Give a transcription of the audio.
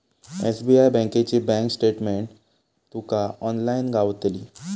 SBI बँकेची bank statement तुका online गावतली